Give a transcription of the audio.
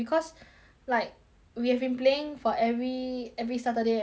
like we have been playing for every every saturday and friday err no